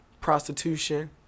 prostitution